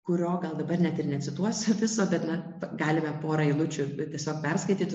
kurio gal dabar net ir necituosiu viso bet na galime porą eilučių tiesiog perskaityt